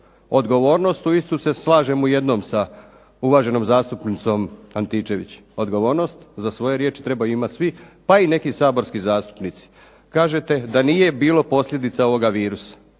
odgovornost uistinu se slažem u jednom sa uvaženom zastupnicom Antičević, odgovornost za svoje riječi trebaju imati svi, pa i neki saborski zastupnici. Kažete da nije bilo posljedica ovoga virusa.